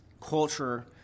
culture